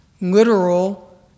literal